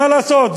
מה לעשות,